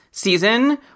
season